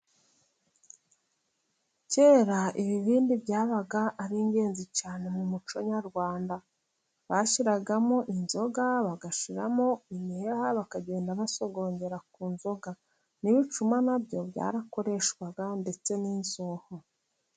Kera ibibindi byabaga ari ingenzi cyane mu muco nyarwanda, bashyiragamo inzoga, bagashyiramo imiheha, bakagenda basogongera ku nzoga, n'ibicuma na byo byarakoreshwaga ndetse n'inzuho.